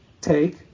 take